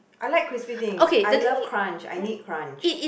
I like crispy things I love crunch I need crunch